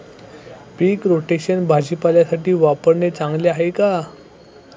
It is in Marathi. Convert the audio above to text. पीक रोटेशन भाजीपाल्यासाठी वापरणे चांगले आहे का?